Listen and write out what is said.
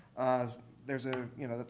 there's a, you know,